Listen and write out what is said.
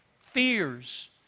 fears